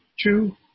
two